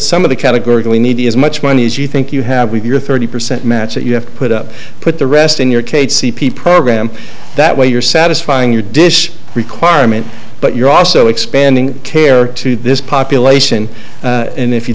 some of the category and we need as much money as you think you have with your thirty percent match that you have to put up put the rest in your cage c p program that way you're satisfying your dish requirement but you're also expanding care to this population and if you